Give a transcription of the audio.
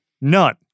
none